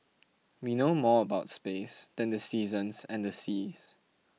we know more about space than the seasons and the seas